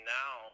now